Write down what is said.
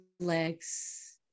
legs